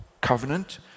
covenant